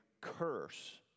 curse